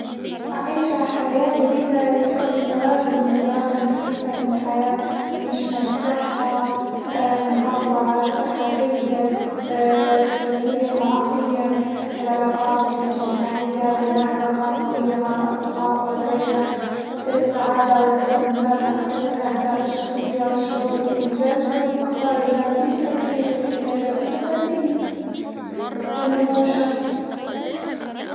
أعيش حياة جديدة يعني التوازن بين جوانب مختلفة من الحياة، ويشمل الصحة المحافظة على صحة جيدة جسديًا وعقليًا، العلاقات الاجتماعية، بناء علاقات قوية مع الأصدقاء والعيلة، السعادة والرضا من خلال تحقيق الأهداف الشخصية والشعور بالإنجاز والاستقرار المادي لتلبية الاحتياجات الأساسية والنمو الشخصي.